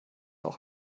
auch